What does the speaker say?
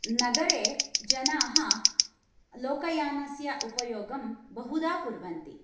नगरे जनाः लोकयानस्य उपयोगं बहुधा कुर्वन्ति